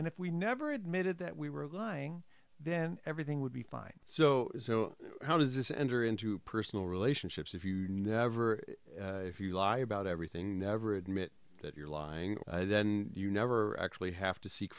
and if we never admitted that we were lying then everything would be fine so how does this enter into personal relationships if you never if you lie about everything never admit that you're lying then you never actually have to seek